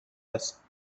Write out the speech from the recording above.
هست